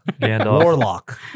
Warlock